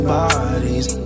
bodies